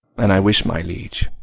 and i wish, my liege,